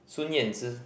Sun-Yanzi